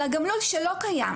אלא גם לול שלא קיים,